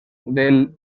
del